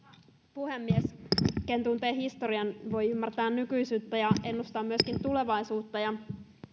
puhemies ken tuntee historian voi ymmärtää nykyisyyttä ja ennustaa myöskin tulevaisuutta ja